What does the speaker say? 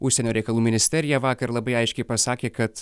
užsienio reikalų ministerija vakar labai aiškiai pasakė kad